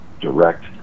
direct